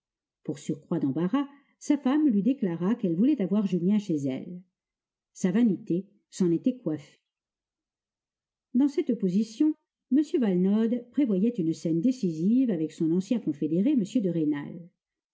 pour surcroît d'embarras sa femme lui déclara qu'elle voulait avoir julien chez elle sa vanité s'en était coiffée dans cette position m valenod prévoyait une scène décisive avec son ancien confédéré m de rênal